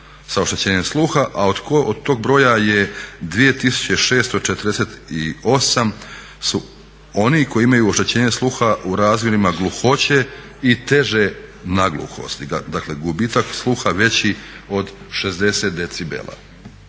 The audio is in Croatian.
sa oštećenjem sluha, a od tog broja je 2648 su oni koji imaju oštećenje sluha u razmjerima gluhoće i teže nagluhosti. Dakle, gubitak sluha veći od 60 decibela.